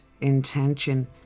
intention